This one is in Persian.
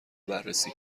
بررسی